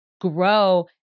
grow